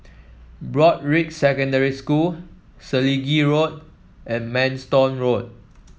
Broadrick Secondary School Selegie Road and Manston Road